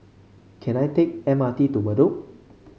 can I take M R T to Bedok